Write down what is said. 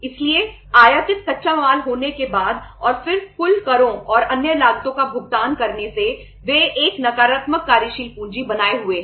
इसलिए आयातित कच्चा माल होने के बाद और फिर कुल करों और अन्य लागतों का भुगतान करने से वे एक नकारात्मक कार्यशील पूंजी बनाए हुए हैं